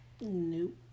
Nope